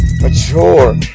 mature